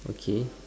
okay